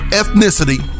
ethnicity